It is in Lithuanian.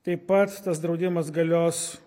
tai pats tas draudimas galios